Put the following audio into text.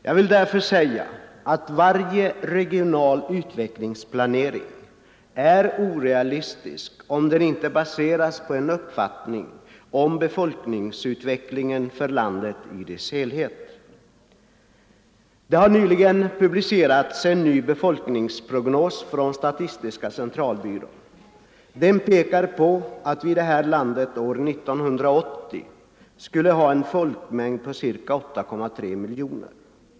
Jag vill därför säga att varje regional utvecklingsplanering är orealistisk om den inte baseras på en uppfattning om befolkningsutvecklingen för landet i dess helhet. Det har nyligen publicerats en ny befolkningsprognos från statistiska centralbyrån. Den pekar på att vi i det här landet år 1980 skulle ha en folkmängd på ca 8,3 miljoner.